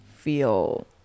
feel